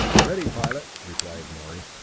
ready, pilot! replied morey.